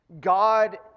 God